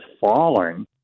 falling